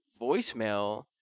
voicemail